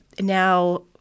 now